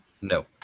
No